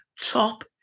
top